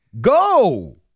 go